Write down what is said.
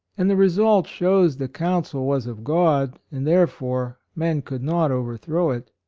and the result shows the counsel was of god, and, therefore, men could not over throw it.